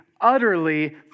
utterly